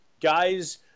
guys